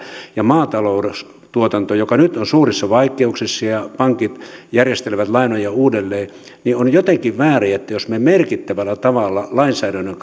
ja maataloustuotantoa joka nyt on suurissa vaikeuksissa ja pankit järjestelevät lainoja uudelleen on jotenkin väärin että jos me merkittävällä tavalla lainsäädännön